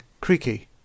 Creaky